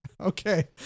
Okay